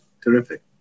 terrific